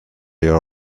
dear